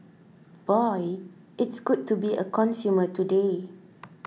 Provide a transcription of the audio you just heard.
boy it's good to be a consumer today